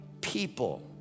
people